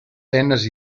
penes